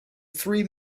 three